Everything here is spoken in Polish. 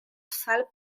sal